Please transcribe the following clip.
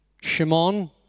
Shimon